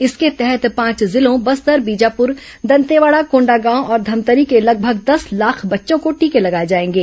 इसके तहत पांच जिलों बस्तर बीजापुर दंतेवाड़ा कोंडागांव और धमतरी के लगभग दस लाख बच्चों को टीके लगाए जाएंगे